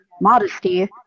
modesty